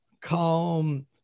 calm